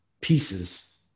pieces